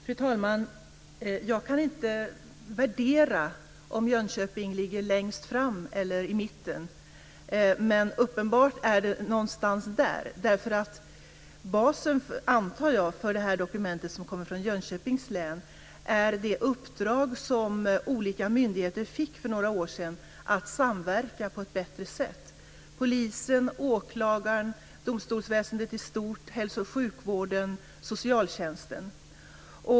Fru talman! Jag kan inte värdera om Jönköping har kommit längst eller om man ligger i mitten. Men uppenbarligen ligger man någonstans där. Jag antar att basen för det dokument som kommer från Jönköpings län är det uppdrag olika myndigheter fick för några år sedan att samverka på ett bättre sätt. Det gällde polis, åklagare, domstolsväsendet i stort, hälsooch sjukvård och socialtjänst.